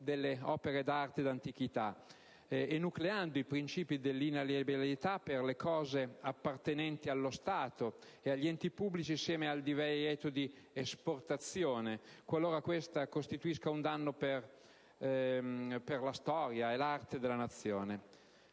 delle opere d'arte e d'antichità, enucleando i principi dell'inalienabilità per le cose appartenenti allo Stato e agli enti pubblici insieme al divieto di esportazione, qualora questa costituisca un danno per la storia e l'arte della nazione,